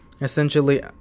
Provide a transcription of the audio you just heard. essentially